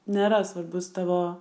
nėra svarbus tavo